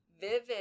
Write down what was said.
vivid